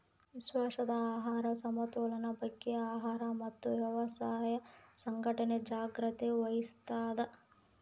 ವಿಶ್ವದ ಆಹಾರ ಸಮತೋಲನ ಬಗ್ಗೆ ಆಹಾರ ಮತ್ತು ವ್ಯವಸಾಯ ಸಂಘಟನೆ ಜಾಗ್ರತೆ ವಹಿಸ್ತಾದ